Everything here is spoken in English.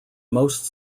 most